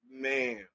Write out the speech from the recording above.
man